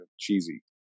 cheesy